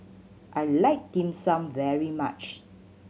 I like Dim Sum very much